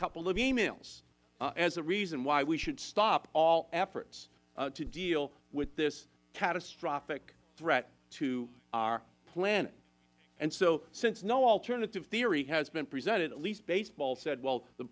couple of e mails as a reason why we should stop all efforts to deal with this catastrophic threat to our planet and so since no alternative theory has been presented at least baseball said well the